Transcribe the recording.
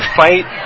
fight